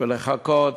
ולחכות